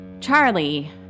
Charlie